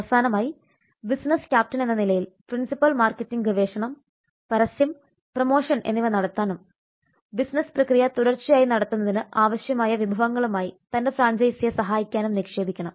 അവസാനമായി ബിസിനസ് ക്യാപ്റ്റനെന്ന നിലയിൽ പ്രിൻസിപ്പൽ മാർക്കറ്റിംഗ് ഗവേഷണം പരസ്യം പ്രമോഷൻ എന്നിവ നടത്താനും ബിസിനസ്സ് പ്രക്രിയ തുടർച്ചയായി നടത്തുന്നതിന് ആവശ്യമായ വിഭവങ്ങളുമായി തന്റെ ഫ്രാഞ്ചൈസിയെ സഹായിക്കാനും നിക്ഷേപിക്കണം